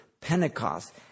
Pentecost